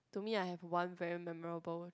to me I have one very memorable